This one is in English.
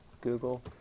Google